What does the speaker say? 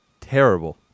Terrible